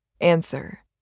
Answer